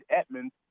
Edmonds